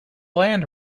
land